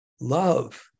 Love